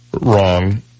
wrong